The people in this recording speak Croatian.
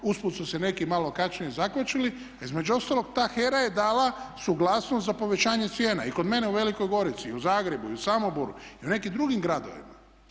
Usput su se neki malo kasnije zakvačili, a između ostalog ta HERA je dala suglasnost za povećanje cijena i kod mene u Velikoj Gorici i u Zagrebu i u Samoboru i u nekim drugim gradovima.